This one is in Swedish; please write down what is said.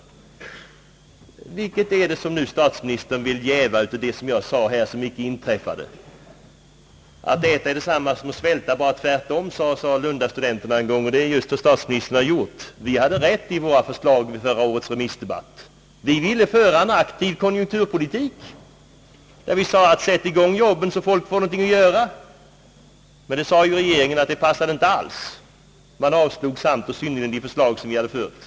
Vilket av det som jag här nu nämnt är det som statsministern vill påstå inte har inträffat? »Att äta är detsamma som att svälta — bara tvärt om», sade en gång studenterna i Lund, och det är just detta som statsministern här har gjort. Vi hade rätt, när vi diskuterade våra förslag vid förra årets remissdebatt. Vi ville föra en aktiv konjunkturpolitik. Vi sade: »Sätt i gång arbeten så att folk får nånting att göra!» Men regeringen sade nej till detta och avslog samt och synnerligen de förslag som vi förde fram.